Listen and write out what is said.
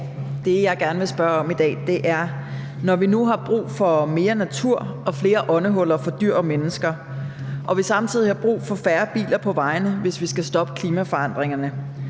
Det, jeg gerne vil spørge om i dag, er: Når vi nu har brug for mere natur og flere åndehuller for dyr og mennesker og vi samtidig har brug for færre biler på vejene, hvis vi skal stoppe klimaforandringerne,